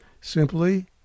simply